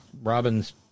Robin's